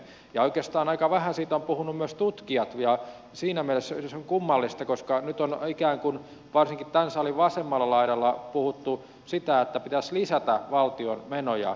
ja oikeastaan aika vähän siitä ovat puhuneet myös tutkijat ja siinä mielessä se on kummallista koska nyt on ikään kuin varsinkin tämän salin vasemmalla laidalla puhuttu siitä että pitäisi lisätä valtion menoja